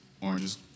oranges